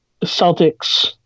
Celtics